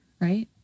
right